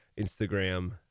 Instagram